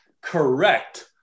Correct